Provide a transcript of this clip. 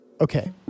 Okay